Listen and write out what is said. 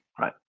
Right